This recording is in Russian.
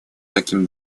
таким